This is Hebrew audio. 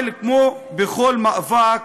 אבל כמו בכל מאבק,